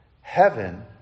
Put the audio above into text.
heaven